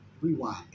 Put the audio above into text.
rewind